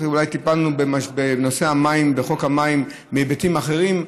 ואולי טיפלנו בנושא המים בחוק המים מהיבטים אחרים,